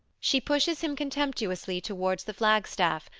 she pushes him contemptuously towards the flagstaff,